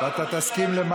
אני מבקש תשובה.